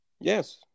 Yes